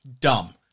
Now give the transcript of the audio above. Dumb